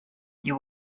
you